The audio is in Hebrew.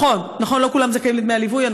נכון, נכון, לא כולם זכאים לדמי הליווי.